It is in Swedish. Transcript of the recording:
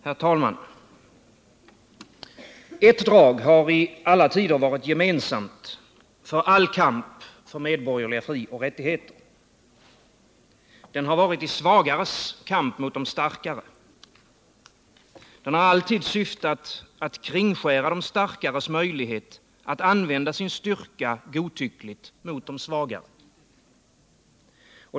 Herr talman! Ett drag har i alla tider varit gemensamt för all kamp för medborgerliga frioch rättigheter. Det har varit de svagares kamp mot de starkare. Den kampen har alltid syftat till att kringskära de starkares möjlighet att använda sin styrka godtyckligt mot de svagare.